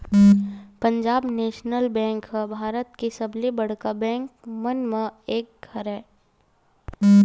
Punjab national bank ह भारत के सबले बड़का बेंक मन म एक हरय